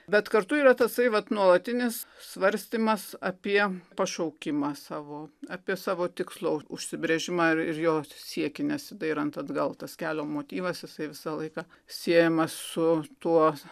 bet kartu yra tasai vat nuolatinis svarstymas apie pašaukimą savo apie savo tikslo užsibrėžimą ir jo siekį nesidairant atgal tas kelio motyvas jisai visą laiką siejamas su tuo